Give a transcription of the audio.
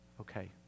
Okay